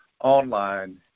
online